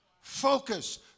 Focus